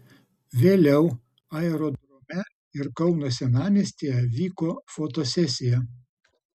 vėliau aerodrome ir kauno senamiestyje vyko fotosesija